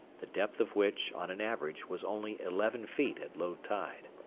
the depth of which, on an average, was only eleven feet at low tide.